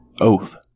Oath